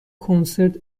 کنسرت